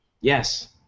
Yes